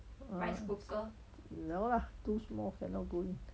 uh no lah too small cannot go in